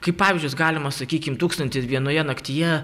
kaip pavyzdžius galima sakykim tūkstantį ir vienoje naktyje